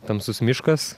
tamsus miškas